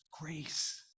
grace